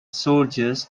soldiers